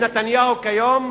העיקרון המנחה את נתניהו כיום,